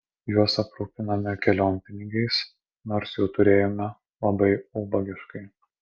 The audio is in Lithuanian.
juos aprūpinome kelionpinigiais nors jų turėjome labai ubagiškai